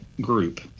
group